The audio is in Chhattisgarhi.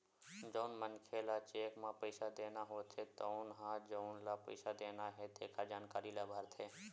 जउन मनखे ल चेक म पइसा देना होथे तउन ह जउन ल पइसा देना हे तेखर जानकारी ल भरथे